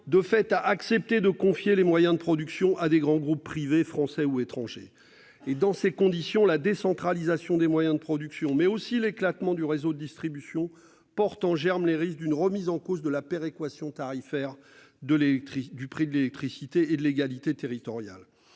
de fait à accepter de confier les moyens de production à des grands groupes privés français ou étrangers. Et dans ces conditions, la décentralisation des moyens de production mais aussi l'éclatement du réseau distribution porte en germe les risques d'une remise en cause de la péréquation tarifaire de l'électrique du prix de l'électricité et de l'égalité territoriale